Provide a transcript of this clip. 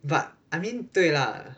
but I mean 对 lah